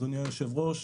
אדוני היושב-ראש,